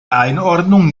einordnung